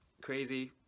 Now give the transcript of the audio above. crazy